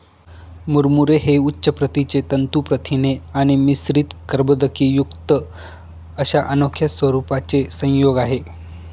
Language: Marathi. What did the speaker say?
मुरमुरे हे उच्च प्रतीचे तंतू प्रथिने आणि मिश्रित कर्बोदकेयुक्त अशा अनोख्या स्वरूपाचे संयोग आहे